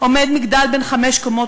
עומד מגדל בן חמש קומות,